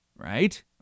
right